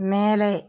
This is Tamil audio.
மேலே